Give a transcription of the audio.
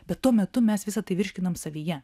bet tuo metu mes visa tai virškinam savyje